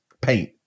paint